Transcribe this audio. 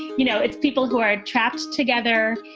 you know, it's people who are trapped together,